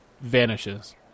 vanishes